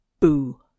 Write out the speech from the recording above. Boo